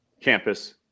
campus